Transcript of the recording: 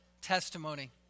testimony